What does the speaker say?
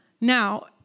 Now